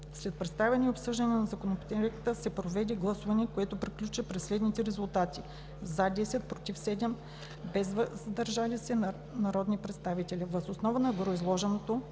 След представяне и обсъждане на Законопроекта се проведе гласуване, което приключи при следните резултати: „за“ 10, „против“ 7, без „въздържал се“ народен представител. Въз основа на гореизложеното